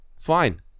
Fine